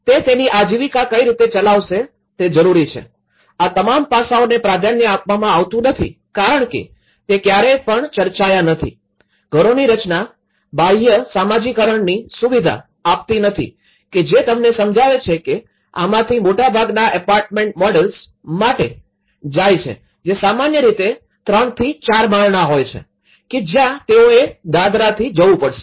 તે તેની આજીવિકા કઈરીતે ચલાવશે તે જરૂરી છે આ તમામ પાસાઓને પ્રાધાન્ય આપવામાં આવતું નથી કારણ કે તે ક્યારેય પણ ચર્ચાયા નથી ઘરોની રચના બાહ્ય સામાજિકકરણની સુવિધા આપતી નથી કે જે તમને સમજાવે છે કે આમાંથી મોટાભાગના એપાર્ટમેન્ટ મોડેલ્સ માટે જાય છે જે સામાન્ય રીતે ત્રણથી ચાર માળના હોય છે કે જ્યાં તેઓએ દાદરથી જવું પડશે